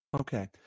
Okay